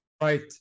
Right